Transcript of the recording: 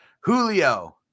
julio